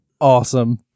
awesome